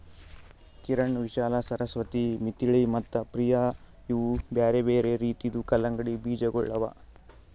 ಕಿರಣ್, ವಿಶಾಲಾ, ಸರಸ್ವತಿ, ಮಿಥಿಳಿ ಮತ್ತ ಪ್ರಿಯ ಇವು ಬ್ಯಾರೆ ಬ್ಯಾರೆ ರೀತಿದು ಕಲಂಗಡಿ ಬೀಜಗೊಳ್ ಅವಾ